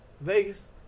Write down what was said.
Vegas